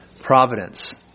providence